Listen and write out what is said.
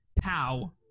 pow